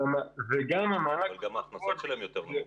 גם ההכנסות שלהם יותר נמוכות.